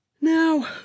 now